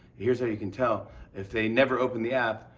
here's how you can tell if they never open the app,